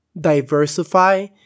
diversify